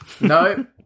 No